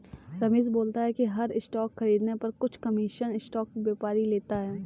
रमेश बोलता है कि हर स्टॉक खरीदने पर कुछ कमीशन स्टॉक व्यापारी लेता है